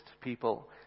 people